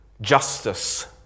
justice